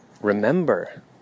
remember